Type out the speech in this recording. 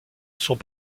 sont